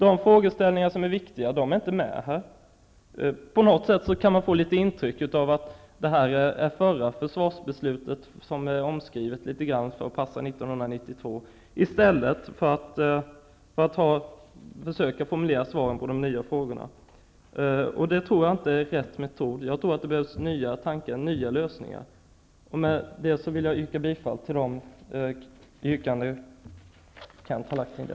De frågeställningar som är viktiga är inte med. På något sätt kan man få intrycket av att detta är det förra försvarsbeslutet, som omskrivits litet grand för att passa år 1992, och något som man gjort i stället för att försöka formulera svar på de nya frågorna. Det tror inte jag är rätt metod. Det behövs nya tankar och nya lösningar. Med detta vill jag yrka bifall till de yrkanden som